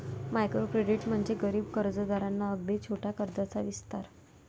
micro credit म्हणजे गरीब कर्जदारांना अगदी छोट्या कर्जाचा विस्तार